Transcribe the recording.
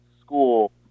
School